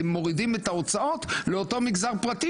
מורידים את ההוצאות לאותו מגזר פרטי,